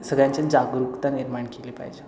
सगळ्यांच्यात जागरूकता निर्माण केली पाहिजे